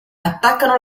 attaccano